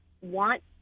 want